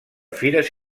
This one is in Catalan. fires